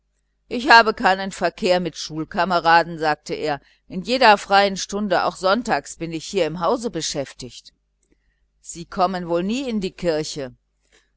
ich habe keinen verkehr mit schulkameraden sagte er in jeder freien stunde auch sonntags bin ich hier im hause beschäftigt sie kommen wohl auch nie in die kirche